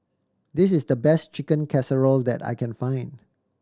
this is the best Chicken Casserole that I can find